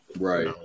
right